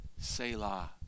Selah